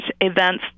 events